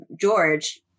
george